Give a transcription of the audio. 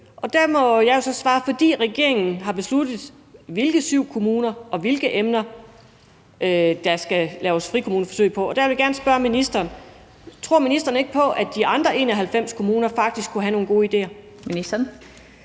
Og der må jeg jo så svare: Fordi regeringen har besluttet, i hvilke syv kommuner og på hvilke områder der skal laves frikommuneforsøg. Og der vil jeg gerne spørge ministeren: Tror ministeren ikke på, at de andre 91 kommuner faktisk kunne have nogle gode idéer? Kl.